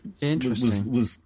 Interesting